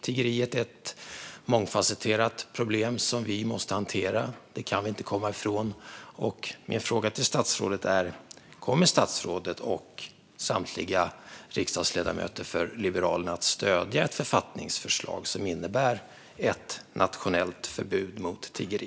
Tiggeriet är ett mångfasetterat problem som vi måste hantera. Det kan vi inte komma ifrån. Min fråga till statsrådet är: Kommer statsrådet och samtliga riksdagsledamöter för Liberalerna att stödja ett författningsförslag som innebär ett nationellt förbud mot tiggeri?